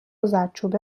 زردچوبه